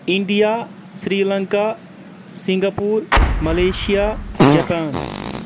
India Sri Lanka Singapore Malaysia Japan